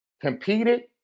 competed